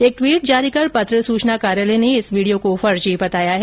एक ट्वीट जारी कर पत्र सूचना कार्यालय ने इस वीडियो को फर्जी बताया है